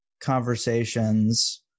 conversations